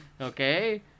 Okay